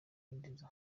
indezo